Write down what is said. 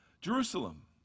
Jerusalem